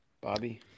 Bobby